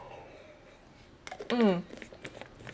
mm